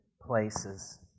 places